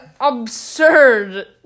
absurd